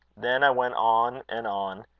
then i went on and on,